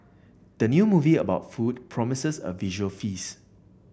the new movie about food promises a visual feast